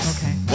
Okay